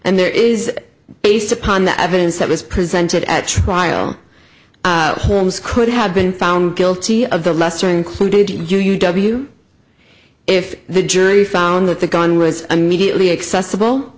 and there is based upon the evidence that was presented at trial holmes could have been found guilty of the lesser included u w if the jury found that the gun was immediately accessible